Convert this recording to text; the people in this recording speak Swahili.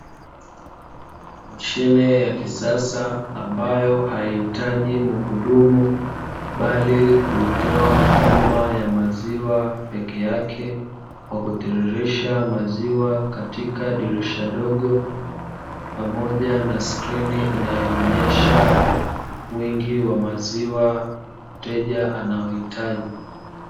Mashine ya kisasa ambayo haihitaji muhudumu, bali hutoa huduma ya maziwa peke yake kwa kutiririsha maziwa katika dirisha dogo, pamoja na skrini inayoonesha wingi wa maziwa mteja anayohitaji.